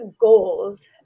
goals